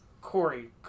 Corey